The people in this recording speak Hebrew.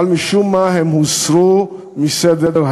אבל משום מה הן הוסרו מסדר-היום.